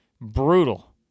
brutal